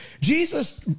Jesus